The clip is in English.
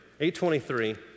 823